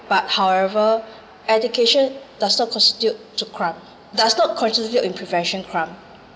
but however education does not constitute to crime does not constitute in prevention crime